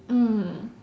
mm